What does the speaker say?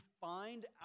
find